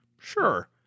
sure